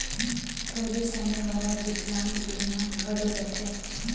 थोरहें समे वाला बिकलांग बीमा घलो रथें